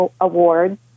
awards